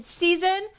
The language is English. season